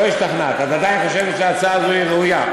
לא השתכנעת, את עדיין חושבת שההצעה הזאת ראויה.